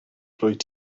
rwyt